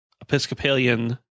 Episcopalian